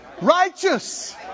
Righteous